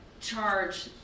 charge